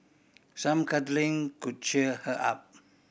some cuddling could cheer her up